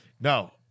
No